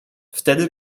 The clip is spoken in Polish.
wtedy